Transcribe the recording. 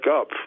up